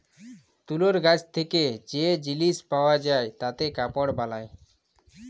তুলর গাছ থেক্যে যে জিলিস পাওয়া যায় তাতে কাপড় বালায়